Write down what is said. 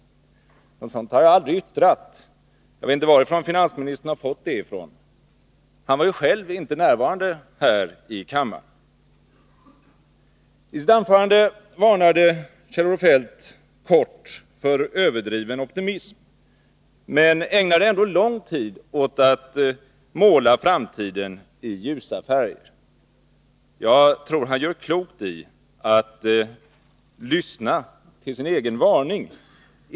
Något sådant har jag aldrig yttrat. Jag vet inte varifrån finansministern har fått det. Han var ju själv inte närvarande i kammaren. I sitt anförande varnade Kjell-Olof Feldt kort för överdriven optimism, men ägnade ändå lång tid åt att måla framtiden i ljusa färger. Jag tror att han gör klokt i att lyssna till sin egen varning.